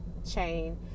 Chain